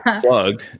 plug